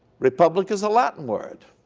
republic is a latin word